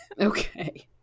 Okay